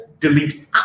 delete